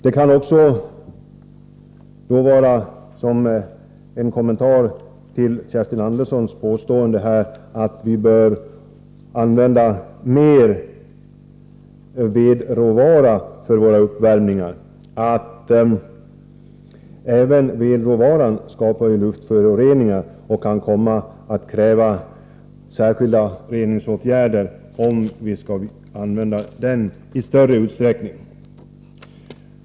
Man kan också göra den kommentaren till Kerstin Anderssons påstående att vi bör använda mer vedråvara för uppvärmning, att även vedråvaran skapar luftföroreningar och kan komma att kräva särskilda reningsåtgärder om vi skall använda den i större utsträckning.